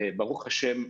ברוך השם,